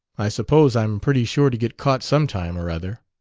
i suppose i'm pretty sure to get caught some time or other.